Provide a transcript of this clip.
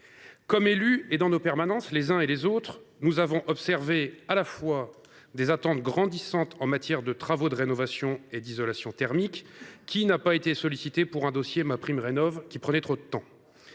Comme élus, et dans nos permanences, nous avons les uns et les autres constaté les attentes grandissantes en matière de travaux de rénovation et d’isolation thermique. Qui n’a pas été sollicité pour un dossier MaPrimeRénov’ qui prenait trop de temps